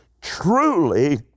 Truly